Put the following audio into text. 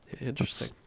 interesting